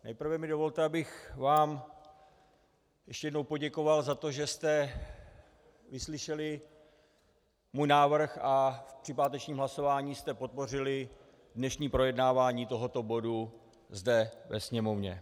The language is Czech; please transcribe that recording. Nejprve mi dovolte, abych vám ještě jednou poděkoval za to, že jste vyslyšeli můj návrh a při pátečním hlasování jste podpořili dnešní projednávání tohoto bodu zde ve Sněmovně.